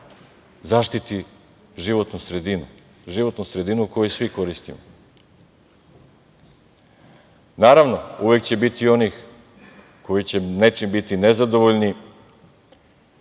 zaštiti životnu sredinu. Životnu sredinu koju svi koristimo. Naravno, uvek će biti i onih koji će nečim biti nezadovoljni,